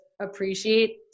appreciate